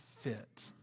fit